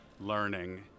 learning